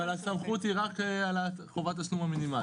אבל הסמכות היא רק על חובת התשלום המינימלית.